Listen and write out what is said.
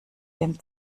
dem